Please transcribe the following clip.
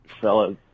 Fellas